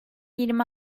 yirmi